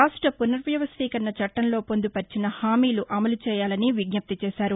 రాష్ట్ర పునర్వ్యవస్థీకరణ చట్టంలో పొందుపర్చిన హామీలు అమలు చేయాలని విజ్జప్తి చేశారు